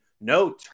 No